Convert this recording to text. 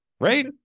right